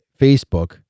Facebook